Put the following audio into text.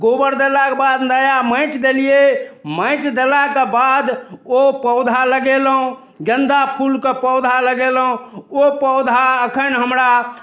गोबर देलाके बाद नया माटि देलियै माटि देलाके बाद ओ पौधा लगेलहुँ गेन्दा फूलके पौधा लगेलहुँ ओ पौधा एखन हमरा